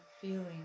feeling